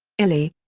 illi,